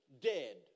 dead